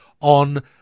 on